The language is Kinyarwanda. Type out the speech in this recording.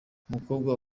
umukobwa